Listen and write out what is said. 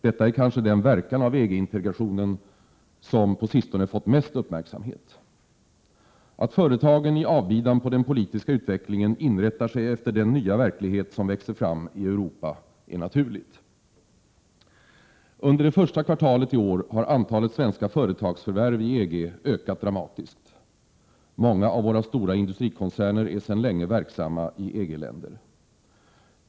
Detta är kanske den verkan av EG-integrationen som på sistone fått mest uppmärksamhet. Att företagen i avbidan på den politiska utvecklingen inrättar sig efter den nya verklighet som växer fram i Europa är naturligt. Under det första kvartalet i år har antalet svenska företagsförvärv i EG ökat dramatiskt. Många av våra stora industrikoncerner är sedan länge verksamma i EG-länder.